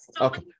Okay